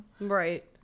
Right